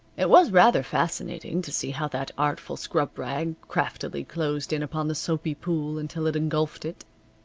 it was rather fascinating to see how that artful scrub-rag craftily closed in upon the soapy pool until it engulfed it.